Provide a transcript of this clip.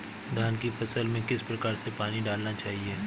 धान की फसल में किस प्रकार से पानी डालना चाहिए?